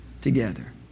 together